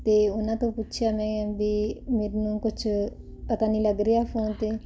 ਅਤੇ ਉਹਨਾਂ ਤੋਂ ਪੁੱਛਿਆ ਮੈਂ ਵੀ ਮੈਨੂੰ ਕੁਝ ਪਤਾ ਨਹੀਂ ਲੱਗ ਰਿਹਾ ਫੋਨ 'ਤੇ